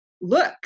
look